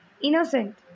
innocent